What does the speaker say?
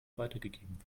weitergegeben